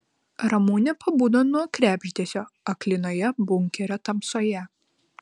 ramunė pabudo nuo krebždesio aklinoje bunkerio tamsoje